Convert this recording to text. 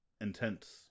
intense